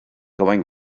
going